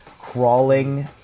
crawling